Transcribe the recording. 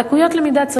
על לקויות למידה,